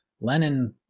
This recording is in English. Lenin